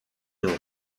nord